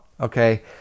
okay